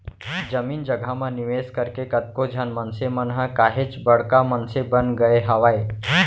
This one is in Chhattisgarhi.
जमीन जघा म निवेस करके कतको झन मनसे मन ह काहेच बड़का मनसे बन गय हावय